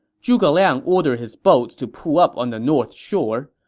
zhuge liang ordered his boats to pull up on the north shore.